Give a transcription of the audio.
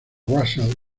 russell